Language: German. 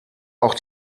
auch